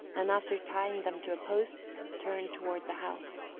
and after tying them to a post turned toward the house.